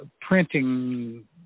printing